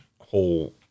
whole